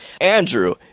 Andrew